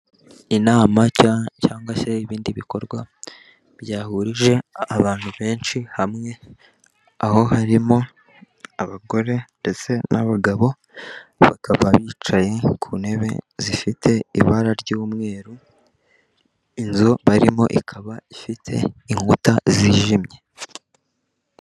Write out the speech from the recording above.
Inama cyangwa se ibindi bikorwa byahurije abantu benshi hamwe, aho harimo abagore ndetse n'abagabo, bakaba bicaye ku ntebe zifite ibara ry'umweru, inzu barimo ikaba ifite inkuta zijimye.